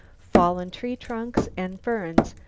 fallen tree-trunks and ferns,